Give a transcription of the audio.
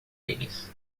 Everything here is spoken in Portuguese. eles